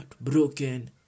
broken